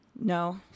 No